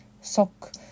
Sock